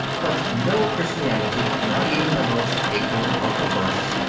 but no christianity, not even the most ignorant or perverse,